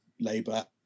Labour